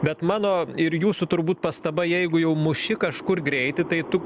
bet mano ir jūsų turbūt pastaba jeigu jau muši kažkur greitį tai tu